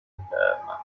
interna